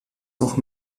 noch